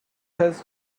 has